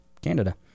Canada